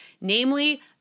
namely